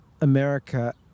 America